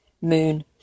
Moon